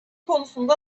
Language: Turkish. konusunda